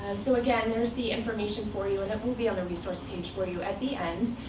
so again, there's the information for you. and it will be on the resource page for you at the end.